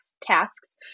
tasks